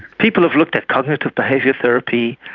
people have looked at cognitive behaviour therapy,